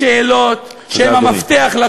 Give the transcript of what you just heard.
השאלות שהיא המפתח, תודה, אדוני.